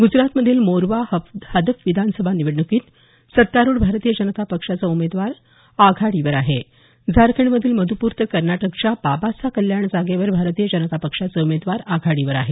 ग्जरातमधील मोरवा हदफ विधानसभा निवडण्कीत सत्तारूढ भारतीय जनता पक्षाजा उमेदवार आघाडीवर आहे झारखंडमधील मध्यपूर तर कर्नाटकच्या बाबासाकल्याण जागेवर भारतीय जनता पक्षाचे उमेदवार आघाडीवर आहे